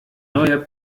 neuer